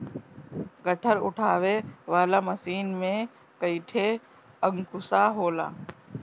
गट्ठर उठावे वाला मशीन में कईठे अंकुशा होला